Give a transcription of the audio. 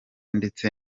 ndetse